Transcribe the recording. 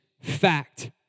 Fact